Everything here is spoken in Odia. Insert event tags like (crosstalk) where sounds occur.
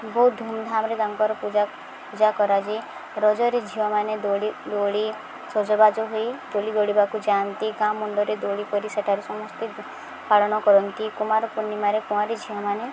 ବହୁତ ଧୁମଧାମରେ ତାଙ୍କର ପୂଜା ପୂଜା କରାଯାଏ ରଜରେ ଝିଅମାନେ ଦୋଳି ଦୋଳି ସଜବାଜ ହୋଇ ଦୋଳି (unintelligible) ଯାଆନ୍ତି ଗାଁ ମୁଣ୍ଡରେ ଦୋଳି କରି ସେଠାରେ ସମସ୍ତେ ପାଳନ କରନ୍ତି କୁମାର ପୂର୍ଣ୍ଣିମାରେ କୁଆଁରୀ ଝିଅମାନେ